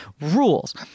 rules